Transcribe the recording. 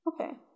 okay